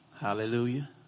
Hallelujah